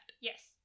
Yes